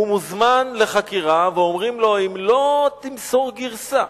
הוא מוזמן לחקירה, ואומרים לו: אם לא תמסור גרסה,